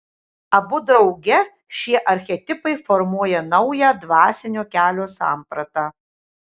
abu drauge šie archetipai formuoja naują dvasinio kelio sampratą